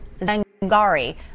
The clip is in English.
Zangari